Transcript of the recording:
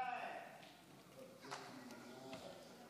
מיקי,